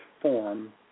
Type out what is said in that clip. form